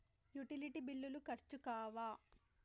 Utility బిల్లులు ఖర్చు కావా?